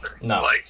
No